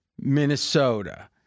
Minnesota